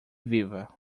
viva